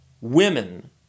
women